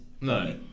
No